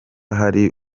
hari